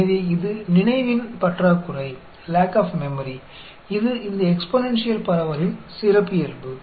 तो यह स्मृति की कमी है जो इस एक्सपोनेंशियल डिस्ट्रीब्यूशन की विशेषता है